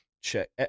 check